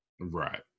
Right